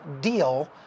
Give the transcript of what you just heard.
deal